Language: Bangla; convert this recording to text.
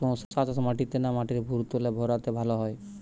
শশা চাষ মাটিতে না মাটির ভুরাতুলে ভেরাতে ভালো হয়?